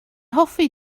hoffi